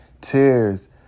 tears